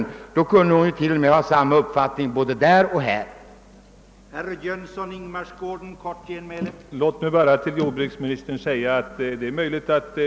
Om hon handlar på det sättet bör det vara möjligt för henne att ha samma uppfattning både där och här i riksdagen.